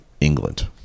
England